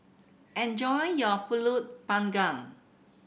enjoy your Pulut Panggang